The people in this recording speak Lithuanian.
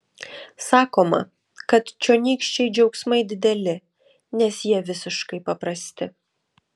sakoma kad čionykščiai džiaugsmai dideli nes jie visiškai paprasti